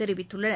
தெரிவித்துள்ளன